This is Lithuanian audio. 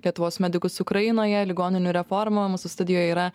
lietuvos medikus ukrainoje ligoninių reformą mūsų studijoje yra